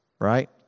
right